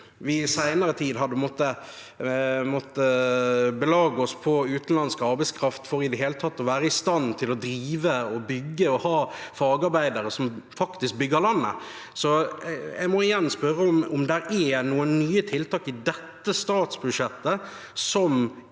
vi i senere tid har måttet belage oss på utenlandsk arbeidskraft for i det hele tatt å være i stand til å drive, bygge og ha fagarbeidere som faktisk bygger landet. Jeg må igjen spørre om det er noen nye tiltak i dette statsbudsjettet som